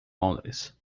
londres